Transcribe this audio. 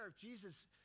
Jesus